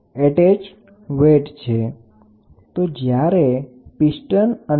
તો જ્યારે તમે આને ધીમું કરવા માટે પ્રયત્ન કરશો ત્યારે આપણે એક કિંમત નક્કી કરીશું